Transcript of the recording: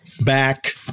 back